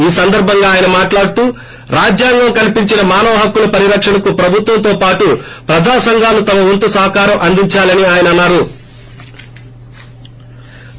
ఈ సందర్బంగా అయన మాట్లాడుతూ రాజ్యాంగం కల్పించిన మానవ హక్కుల పరిరకణకు ప్రభుత్వంతో పాటు ప్రజా సంఘాలు తమ వంతు సహకారం అందించాలని అయన అన్నారు